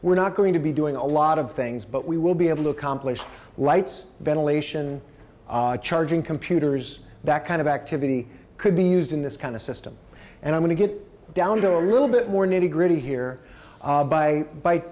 we're not going to be doing a lot of things but we will be able to accomplish lights ventilation charging computers that kind of activity could be used in this kind of system and i want to get down to a little bit more nitty gritty here by by by